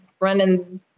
running